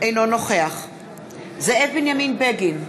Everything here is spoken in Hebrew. אינו נוכח זאב בנימין בגין,